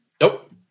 nope